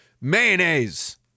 mayonnaise